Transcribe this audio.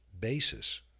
basis